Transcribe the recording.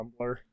Tumblr